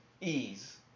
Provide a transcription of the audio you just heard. ease